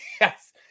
Yes